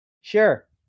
Sure